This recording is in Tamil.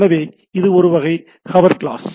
எனவே இது ஒரு வகை ஹவர் கிளாஸ்